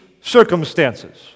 circumstances